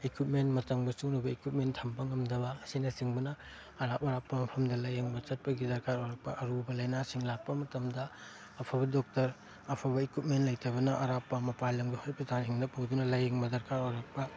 equipment ꯃꯇꯝꯒ ꯆꯨꯅꯕ equipment ꯊꯝꯕ ꯉꯝꯗꯕ ꯑꯁꯤꯅ ꯆꯤꯡꯕꯅ ꯑꯔꯥꯞ ꯑꯔꯥꯞꯄ ꯃꯐꯝꯗ ꯂꯥꯏꯌꯦꯡꯕ ꯆꯠꯄꯒꯤ ꯗꯔꯀꯥꯔ ꯑꯣꯏꯔꯛꯄ ꯑꯔꯨꯕ ꯂꯥꯏꯅꯥꯁꯤꯡ ꯂꯥꯛꯄ ꯃꯇꯝꯗ ꯑꯐꯕ ꯗꯣꯛꯇꯔ ꯑꯐꯕ ꯏꯀꯨꯏꯞꯃꯦꯟ ꯂꯩꯇꯕꯅ ꯑꯔꯥꯞꯄ ꯃꯄꯥꯟ ꯂꯝꯒꯤ ꯍꯣꯁꯄꯤꯇꯥꯜꯁꯤꯡꯗ ꯄꯨꯗꯨꯅ ꯂꯥꯏꯌꯦꯡꯕ ꯗꯔꯀꯥꯔ ꯑꯣꯏꯔꯛꯄ